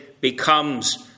becomes